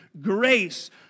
grace